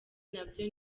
nabyo